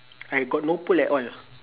I got no pole at all